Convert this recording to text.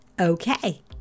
Okay